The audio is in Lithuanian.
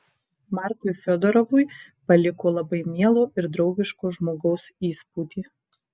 markui fiodorovui paliko labai mielo ir draugiško žmogaus įspūdį